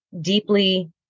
deeply